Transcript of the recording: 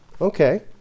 Okay